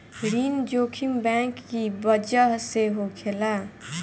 ऋण जोखिम बैंक की बजह से होखेला